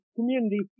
community